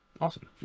Awesome